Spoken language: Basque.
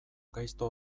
gaizto